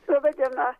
laba diena